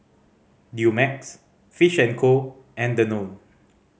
Dumex Fish and Co and Danone